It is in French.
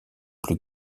plus